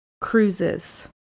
cruises